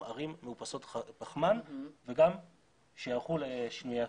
ערים מאופסות פחמן וגם שייערכו לשינויי אקלים.